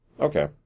Okay